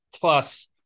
plus